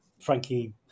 Frankie